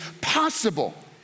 possible